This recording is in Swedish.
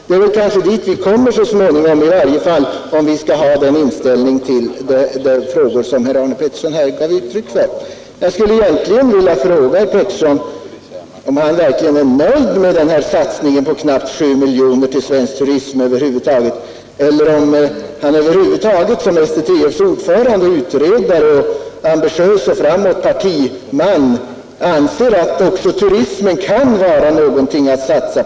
Det är kanske dit vi kommer så småningom, i varje fall om vi har den inställningen till dessa frågor som herr Arne Pettersson gav uttryck för. Jag skulle vilja fråga herr Arne Pettersson om han verkligen är nöjd med den här satsningen på 7 miljoner på svensk turism eller om han över huvud taget som Svenska turisttrafikförbundets ordförande, som utredare och som ambitiös och framåt partiman anser att också turismen skall vara nöjd med den. Herr talman!